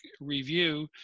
review